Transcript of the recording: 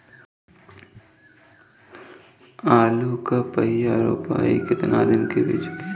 आलू क पहिला रोपाई केतना दिन के बिच में होखे के चाही?